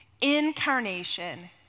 Incarnation